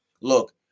Look